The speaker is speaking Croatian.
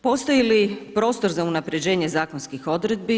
Postoji li prostor za unapređenje zakonskih odredbi?